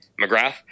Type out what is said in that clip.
McGrath